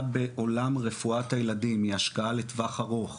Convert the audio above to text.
בעולם רפואת הילדים היא השקעה לטווח ארוך,